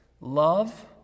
love